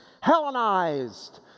Hellenized